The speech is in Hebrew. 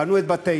בנו את בתינו.